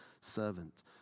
servant